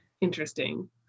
interesting